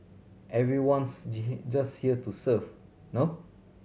everyone's just here to serve no